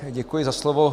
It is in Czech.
Děkuji za slovo.